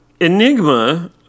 Enigma